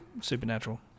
Supernatural